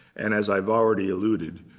and as i've already alluded,